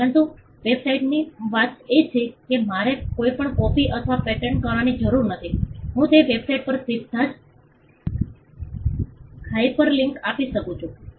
પરંતુ વેબસાઇટની વાત એ છે કે મારે કંઈપણ કોપિ અથવા પેસ્ટ કરવાની જરૂર નથી હું તે વેબસાઇટ પર સીધા જ હાયપરલિંક આપી શકું છું